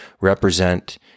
represent